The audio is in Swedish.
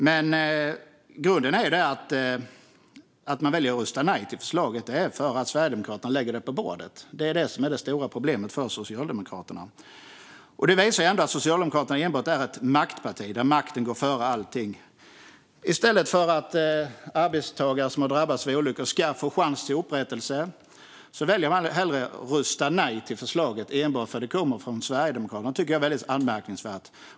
Men grunden till att man väljer att rösta nej till förslaget är att Sverigedemokraterna lägger det på bordet. Det är det som är det stora problemet för Socialdemokraterna. Det visar ändå att Socialdemokraterna enbart är ett maktparti, där makten går före allting. I stället för att ge arbetstagare som har drabbats vid olyckor en chans till upprättelse väljer Socialdemokraterna att rösta nej till förslaget, enbart för att det kommer från Sverigedemokraterna. Det tycker jag är anmärkningsvärt.